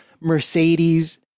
Mercedes